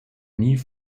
nie